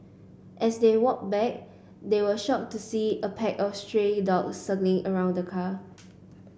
as they walked back they were shocked to see a pack of stray dogs circling around the car